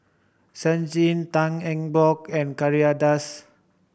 Chen Shiji Tan Eng Bock and Kay Das